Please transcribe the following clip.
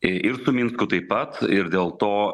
ir su minsku taip pat ir dėl to